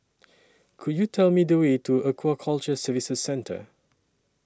Could YOU Tell Me The Way to Aquaculture Services Centre